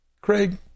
Craig